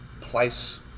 place